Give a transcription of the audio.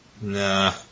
Nah